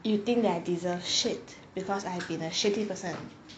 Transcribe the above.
you think that I deserve shit because I have been a shitty person